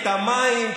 את המים.